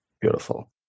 Beautiful